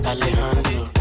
Alejandro